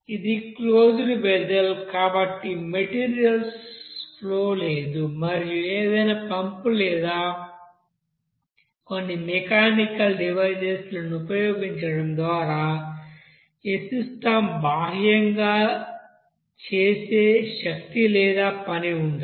ఇది closed vessel కాబట్టి materials flow లేదు మరియు ఏదైనా పంపు లేదా కొన్ని మెకానికల్ డివైసెస్ ల ను ఉపయోగించడం ద్వారా ఈ సిస్టం బాహ్యంగా చేసే శక్తి లేదా పని లేదు